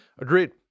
Agreed